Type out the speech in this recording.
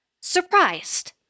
surprised